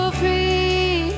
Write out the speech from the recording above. free